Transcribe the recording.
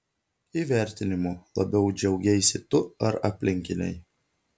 įvertinimu labiau džiaugeisi tu ar aplinkiniai